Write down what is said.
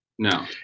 No